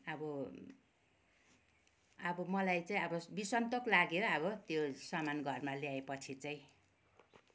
अब अब मलाई चाहिँ अब बिसन्तोक लाग्यो अब त्यो सामान घरमा ल्याएपछि चाहिँ